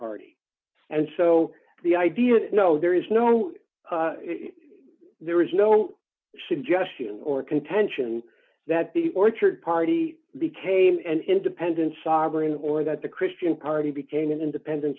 party and so the idea that no there is no there is no suggestion or contention that the orchard party became an independent sovereign or that the christian party became an independent